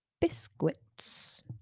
biscuits